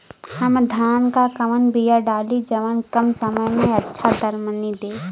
हम धान क कवन बिया डाली जवन कम समय में अच्छा दरमनी दे?